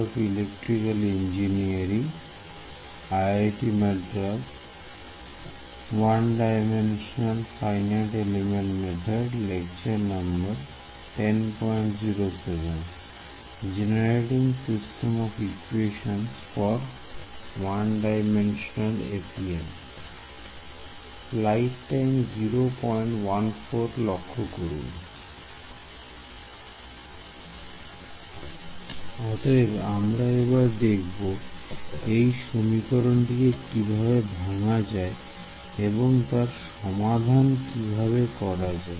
অতএব আমরা এবার দেখব এই সমীকরণটিকে কিভাবে ভাঙ্গা যায় এবং তার সমাধান কিভাবে করা যায়